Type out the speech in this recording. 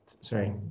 sorry